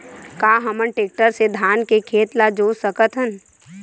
का हमन टेक्टर से धान के खेत ल जोत सकथन?